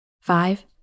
Five